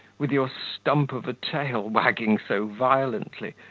with your stump of a tail wagging so violently,